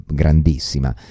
grandissima